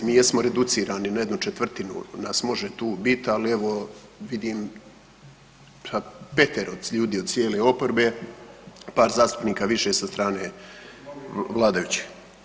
Mi jesmo reducirani na jedno četvrtinu nas može tu biti, ali evo vidim petero ljudi od cijele oporbe, par zastupnika više sa strane vladajućih.